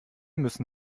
müssen